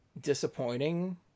disappointing